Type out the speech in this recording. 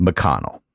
McConnell